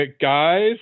guys